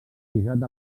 guisat